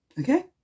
Okay